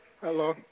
Hello